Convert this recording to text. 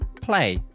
play